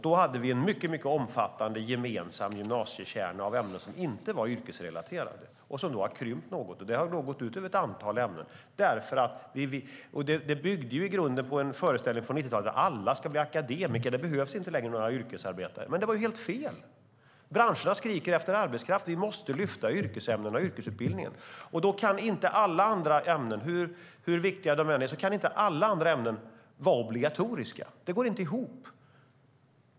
Då hade vi en mycket omfattande gemensam gymnasiekärna av ämnen som inte var yrkesrelaterade och som nu har krympt något. Det har gått ut över ett antal ämnen. Tidigare byggde fördelningen av ämnen på en föreställning från 90-talet om att alla ska bli akademiker, att det inte längre behövs några yrkesarbetare. Men det var helt fel. Branscherna skriker efter arbetskraft. Vi måste lyfta fram yrkesämnena i yrkesutbildningen. Då kan inte alla andra ämnen - hur viktiga de än är - vara obligatoriska. Det går inte ihop.